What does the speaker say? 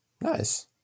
nice